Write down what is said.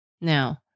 Now